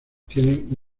tienen